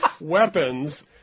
weapons